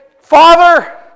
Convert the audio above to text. Father